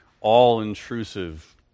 all-intrusive